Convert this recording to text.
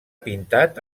pintat